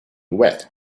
wet